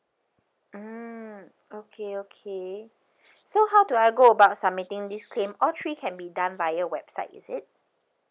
mm okay okay so how do I go about submitting this claim all three can be done via website is it